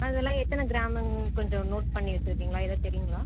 அதெல்லாம் எத்தனை கிராமுன்னு கொஞ்சம் நோட் பண்ணி வச்சுருக்கிங்களா எதாவது தெரியும்களா